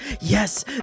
yes